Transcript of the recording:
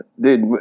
Dude